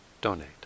donate